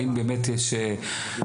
האם באמת יש משהו